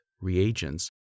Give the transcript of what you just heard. reagents